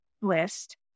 list